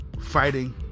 fighting